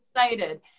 Excited